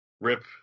Rip